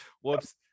Whoops